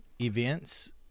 events